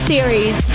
Series